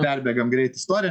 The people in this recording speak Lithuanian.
perbėgam greit istoriją